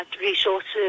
resources